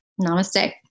Namaste